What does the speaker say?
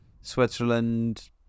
Switzerland